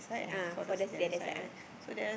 ah for the other side ah